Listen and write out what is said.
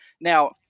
Now